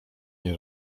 nie